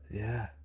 yeah,